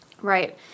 Right